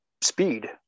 speed